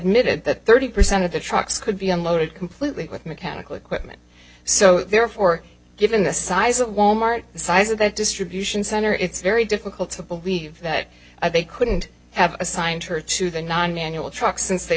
mitted that thirty percent of the trucks could be unloaded completely with mechanical equipment so therefore given the size of wal mart the size of their distribution center it's very difficult to believe that they couldn't have assigned her to the non manual truck since they